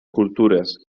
cultures